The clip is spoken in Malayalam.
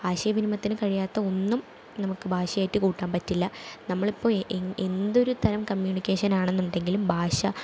ആശയവിനിമത്തിന് കഴിയാത്ത ഒന്നും നമുക്ക് ഭാഷയായിട്ടു കൂട്ടാൻ പറ്റില്ല നമ്മളിപ്പോൾ എ എ എന്തൊര് തരം കമ്മ്യൂണിക്കേഷനാണെന്നുണ്ടെങ്കിലും ഭാഷ